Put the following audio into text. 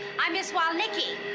i'm miss walnicki.